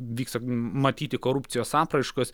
vyksta matyti korupcijos apraiškos